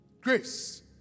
Grace